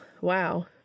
wow